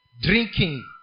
drinking